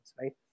right